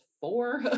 four